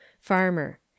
Farmer